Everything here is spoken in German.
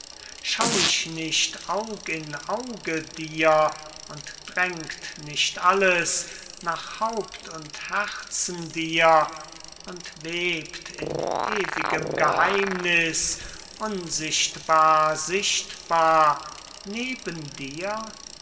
schau ich nicht aug in auge dir und drängt nicht alles nach haupt und herzen dir und webt in ewigem geheimniß unsichtbar sichtbar neben dir